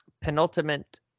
penultimate